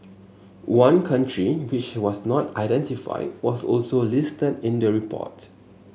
one country which was not identified was also listed in the report